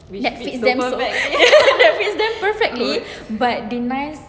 that is damn perfect suits them perfectly but denies